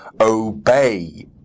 OBEY